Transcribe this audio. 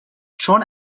چون